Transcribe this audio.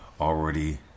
already